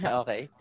okay